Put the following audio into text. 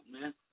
man